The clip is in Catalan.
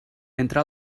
entre